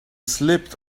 slipped